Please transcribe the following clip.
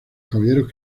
caballeros